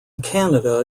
canada